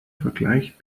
vergleicht